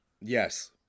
Yes